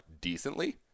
decently